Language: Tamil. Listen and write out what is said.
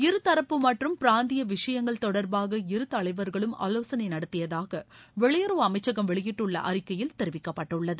இருதரப்பு மற்றும் பிராந்திய விஷயங்கள் தொடர்பாக இரு தலைவர்களும் ஆலோசனை நடத்தியதாக வெளியுறவு அமைச்சகம் வெளியிட்டுள்ள அறிக்கையில் தெரிவிக்கப்பட்டுள்ளது